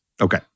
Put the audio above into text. Okay